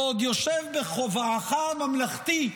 ועוד יושב בכובעך הממלכתי,